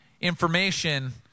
information